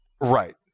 Right